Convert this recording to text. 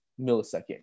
millisecond